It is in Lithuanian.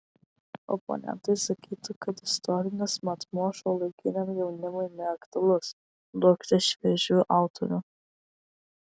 oponentai sakytų kad istorinis matmuo šiuolaikiniam jaunimui neaktualus duokite šviežių autorių